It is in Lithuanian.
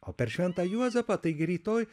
o per šventą juozapą taigi rytoj